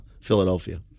Philadelphia